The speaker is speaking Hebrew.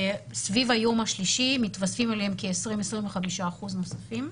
סביב היום השלישי מתווספים אליהם כ-25-20 אחוזים נוספים.